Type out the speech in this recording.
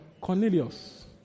Cornelius